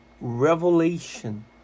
revelation